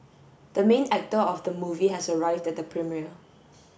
the main actor of the movie has arrived at the premiere